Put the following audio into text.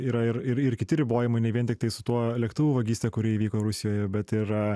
yra ir ir ir kiti ribojimai nei vien tiktai su tuo lėktuvų vagyste kuri įvyko rusijoje bet yra